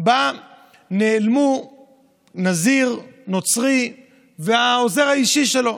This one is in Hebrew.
שבה נעלמו נזיר נוצרי והעוזר האישי שלו.